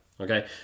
Okay